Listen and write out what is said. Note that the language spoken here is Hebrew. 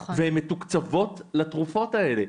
הן מתוקצבות לתרופות האלה,